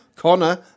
Connor